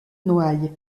noailles